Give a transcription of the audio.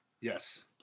Yes